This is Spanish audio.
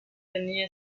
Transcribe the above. tenía